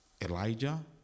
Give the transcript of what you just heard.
Elijah